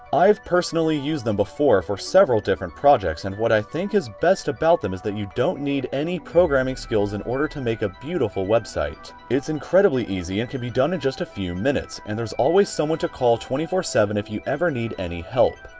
i've personally used them before for several different projects and what i think is best about them is that you don't need any programming skills in order to make a beautiful website. it's incredibly easy and can be done in just a few minutes and there's always someone to call twenty four seven if you ever need any help.